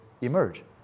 emerge